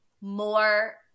more